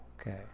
Okay